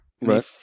Right